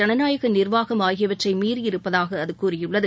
ஜனநாயக நிர்வாகம் ஆகியவற்றை மீறியிருப்பதாக அது கூறியுள்ளது